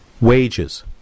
Wages